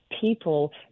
people